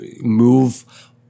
move